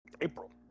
April